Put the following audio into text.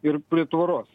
ir prie tvoros